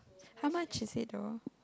how much is it though